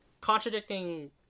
contradicting